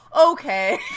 okay